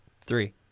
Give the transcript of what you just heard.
Three